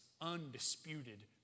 undisputed